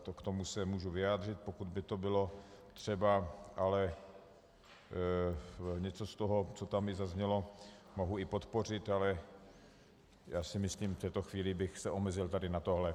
K tomu se můžu vyjádřit, pokud by to bylo třeba, něco z toho, co tam zaznělo, mohu i podpořit, ale já si myslím, že v této chvíli bych se omezil tady na tohle.